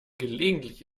gelegentlich